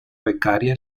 becaria